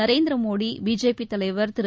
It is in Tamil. நரேந்திரமோடி பிஜேபி தலைவர் திரு